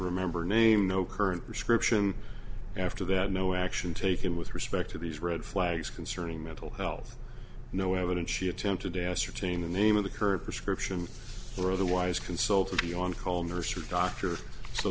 remember name no current prescription after that no action taken with respect to these red flags concerning mental health no evidence she attempted to ascertain the name of the current prescription or otherwise consulted be on call nurse or doctor so